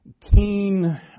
keen